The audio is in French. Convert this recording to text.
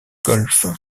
golfe